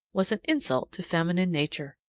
was an insult to feminine nature.